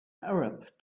arab